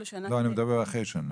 אני מדבר אחרי שנה.